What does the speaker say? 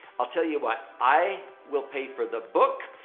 i'll tell you what. i will pay for the book.